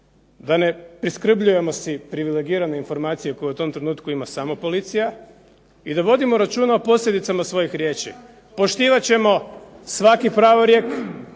da ne priskrbljujemo si privilegirane informacije koje u tom trenutku ima samo policija i da vodimo računa o posljedicama svojih riječi. Poštivat ćemo svaki pravorijek,